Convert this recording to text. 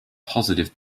positive